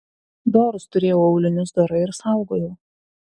dorus turėjau aulinius dorai ir saugojau